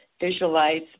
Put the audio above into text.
visualize